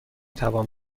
توان